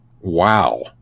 wow